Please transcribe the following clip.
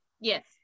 Yes